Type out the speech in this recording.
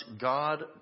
God